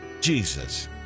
Jesus